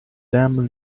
them